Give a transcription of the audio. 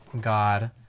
God